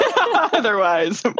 Otherwise